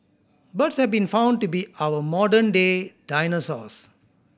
birds have been found to be our modern day dinosaurs